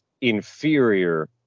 inferior